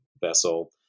vessel